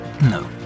No